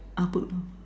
ah put of